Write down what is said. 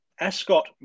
Ascot